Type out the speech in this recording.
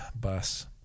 Bus